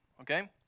Okay